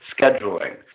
Scheduling